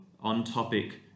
on-topic